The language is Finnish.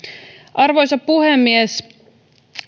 arvoisa puhemies